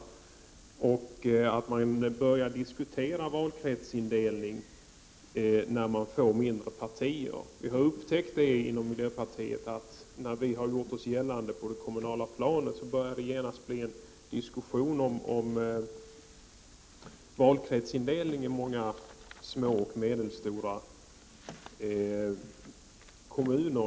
Det är inte heller bra att man börjar diskutera valkretsindelningen när det uppkommer mindre partier. När miljöpartiet började göra sig gällande på det kommunala planet upptäckte vi att det genast ledde till diskussion om valkretsindelning i många små och medelstora kommuner.